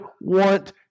want